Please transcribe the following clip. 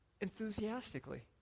enthusiastically